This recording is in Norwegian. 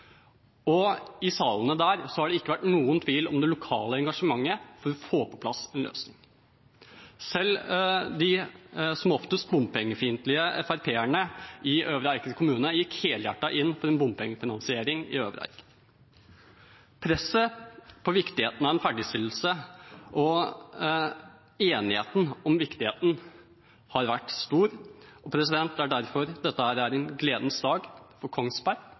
I salene der har det ikke vært noen tvil om det lokale engasjementet for å få på plass en løsning. Selv de som oftest bompengefiendtlige FrP-erne i Øvre Eiker kommune gikk helhjertet inn for en bompengefinansiering i Øvre Eiker. Det har vært et press når det gjelder viktigheten av en ferdigstillelse, og enigheten om at det er viktig, har vært stor. Derfor er dette en gledens dag for Kongsberg